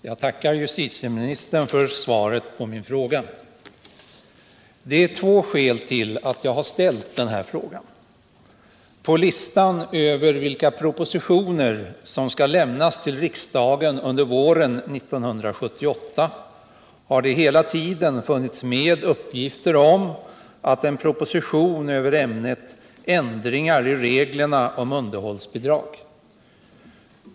Herr talman! Jag tackar justitieministern för svaret på min fråga. Det är två skäl till att jag ställt denna fråga. På listan över vilka propositioner som skall lämnas till riksdagen under våren 1978 har det hela tiden funnits med en proposition över ämnet ”Ändringar i reglerna om underhållsbidrag”.